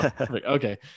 Okay